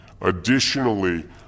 Additionally